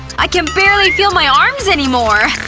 i can barely feel my arms anymore!